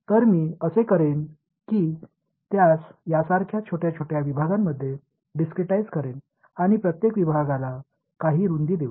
तर मी असे करीन की त्यास यासारख्या छोट्या छोट्या विभागांमध्ये डिस्क्रिटाईझ करेन आणि प्रत्येक विभागाला काही रुंदी देऊ